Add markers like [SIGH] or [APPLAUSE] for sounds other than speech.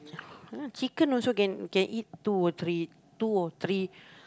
[NOISE] chicken also can eat can eat two or three two or three